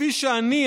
כפי שאני,